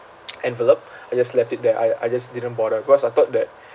envelope I just left it there I I just didn't bother cause I thought that